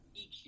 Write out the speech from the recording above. eq